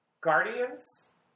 Guardians